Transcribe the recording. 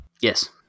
Yes